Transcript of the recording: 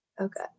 okay